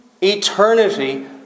Eternity